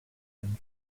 and